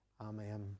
Amen